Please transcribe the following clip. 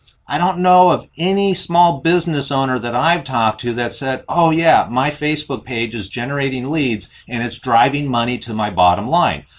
i don't know of any small business owner that i've talked to that said, oh yeah my facebook page is generating leads and it's driving money to my bottom line.